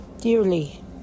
dearly